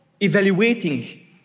evaluating